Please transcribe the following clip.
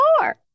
more